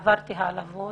ועברתי העלבות.